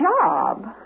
job